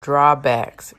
drawbacks